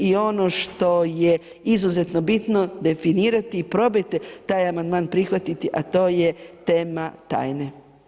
I ono što je izuzetno bitno definirati i probajte taj amandman prihvatiti a to je tema tajne.